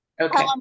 Okay